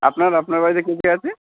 আপনার আপনার বাড়িতে কে কে আছে